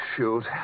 Shoot